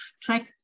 track